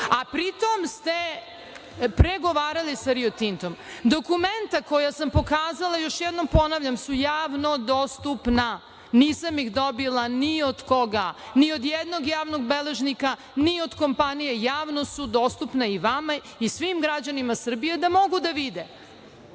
a pritom ste pregovarali sa Rio Tintom. Dokumenta koja sam pokazala, još jednom ponavljam su javno dostupna, nisam ih dobila ni od koga, ni od jednog javnog beležnika, ni od kompanije, javno su dostupne i vama i svim građanima Srbije da mogu da vide.